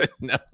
no